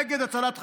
נגד הצלת חיים.